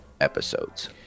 episodes